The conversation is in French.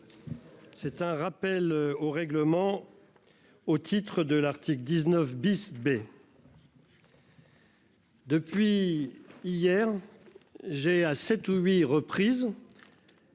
C'est un rappel au règlement. Au titre de l'article 19 bis B. Depuis hier, j'ai à sept ou huit reprises.